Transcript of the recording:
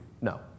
no